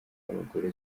abagore